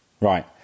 Right